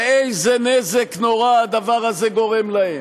ואיזה נזק נורא הדבר הזה גורם להם,